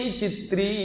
Chitri